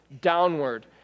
downward